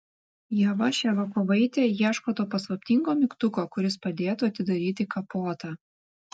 ieva ševiakovaitė ieško to paslaptingo mygtuko kuris padėtų atidaryti kapotą